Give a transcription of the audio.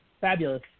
fabulous